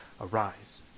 Arise